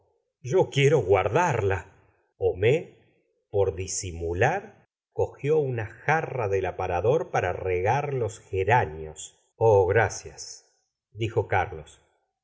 yo quiero guardarla homais por disimular cogió una jarra del aparador para regar los geráneos oh gracias dijo carlos